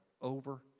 over